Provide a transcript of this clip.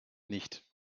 nicht